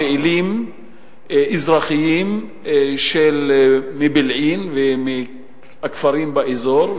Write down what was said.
פעילים אזרחיים מבילעין ומהכפרים באזור,